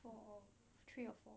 four three or four